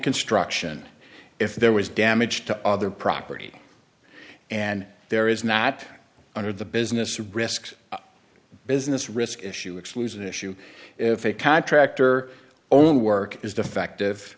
construction if there was damage to other property and there is not under the business risks business risk issue exclusion issue if a contractor own work is defective